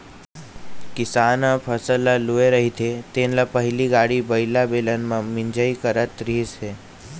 किसान ह फसल ल लूए रहिथे तेन ल पहिली गाड़ी बइला, बेलन म मिंजई करत रिहिस हे